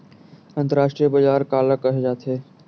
अंतरराष्ट्रीय बजार काला कहे जाथे?